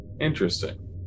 Interesting